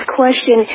question